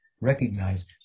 recognize